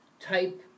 type